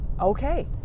okay